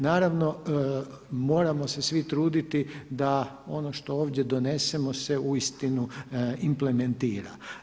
Naravno moramo se svi truditi da ono što ovdje donesemo se uistinu implementira.